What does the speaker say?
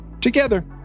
Together